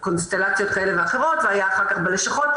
קונסטלציות כאלה ואחרות והיה אחר כך בלשכות,